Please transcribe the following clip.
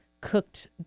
cooked